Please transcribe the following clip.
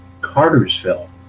Cartersville